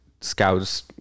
scouts